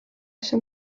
się